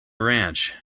ranch